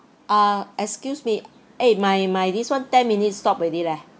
ah excuse me eh my my this one ten minutes stopped already leh